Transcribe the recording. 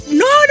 no